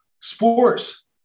sports